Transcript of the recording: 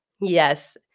Yes